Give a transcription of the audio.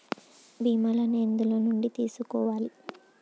బీమా ఎన్ని ఏండ్ల నుండి తీసుకోవచ్చు?